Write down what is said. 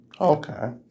Okay